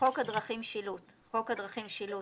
"חוק הדרכים (שילוט)" חוק הדרכים (שילוט),